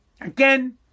Again